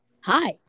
Hi